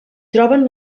troben